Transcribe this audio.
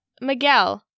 Miguel